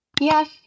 Yes